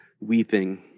weeping